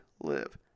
live